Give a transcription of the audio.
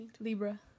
Libra